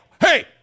hey